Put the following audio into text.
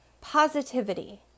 Positivity